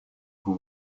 vous